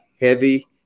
heavy